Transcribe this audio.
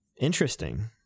interesting